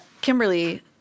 Kimberly